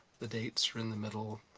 the dates are in the middle.